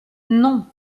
non